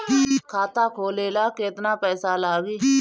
खाता खोले ला केतना पइसा लागी?